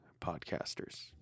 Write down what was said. podcasters